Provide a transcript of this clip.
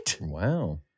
Wow